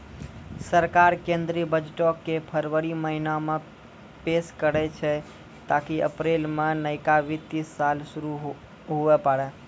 सरकार केंद्रीय बजटो के फरवरी महीना मे पेश करै छै ताकि अप्रैल मे नयका वित्तीय साल शुरू हुये पाड़ै